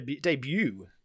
debut